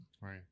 Right